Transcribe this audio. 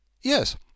Yes